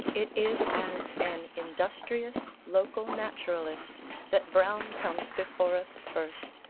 it is as an industrious local naturalist that browne comes before us first,